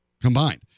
combined